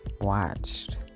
watched